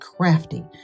crafty